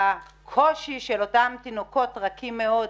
והקושי של אותם תינוקות רכים מאוד,